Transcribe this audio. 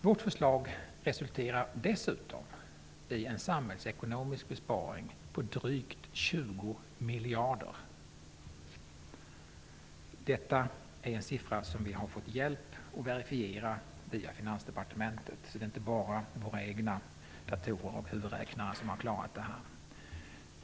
Vårt förslag resulterar dessutom i en samhällsekonomisk besparing på drygt 20 miljarder. Det är en sifferuppgift som vi har fått hjälp med att verifiera via Finansdepartementet. Det är alltså inte bara våra egna datorer och huvudräknare som har kommit fram till den.